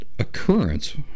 occurrence